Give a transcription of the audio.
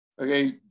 okay